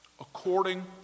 according